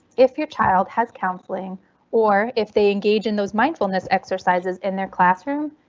if your child has counseling or if they engage in those mindfulness exercises in their classroom,